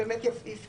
הן באמת יפקעו.